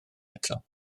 eto